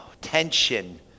tension